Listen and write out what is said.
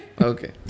Okay